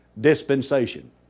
dispensation